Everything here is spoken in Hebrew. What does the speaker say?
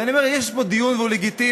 ואני אומר יש פה דיון והוא לגיטימי,